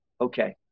Okay